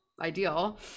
ideal